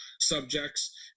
subjects